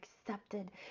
accepted